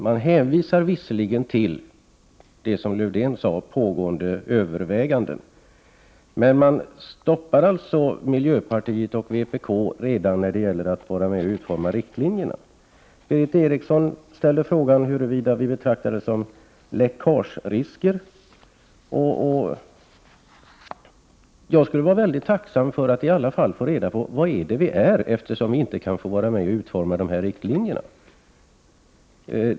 Man hänvisar visserligen till det som Lars-Erik Lövdén sade, dvs. pågående överväganden, men man stoppar miljöpartiet och vpk redan när det gäller att vara med och utforma riktlinjerna. Berith Eriksson ställde frågan huruvida vi betraktades som läckagerisker. Jag skulle vara mycket tacksam att få reda på vad det är vi är, eftersom vi inte kan få vara med och utforma riktlinjerna.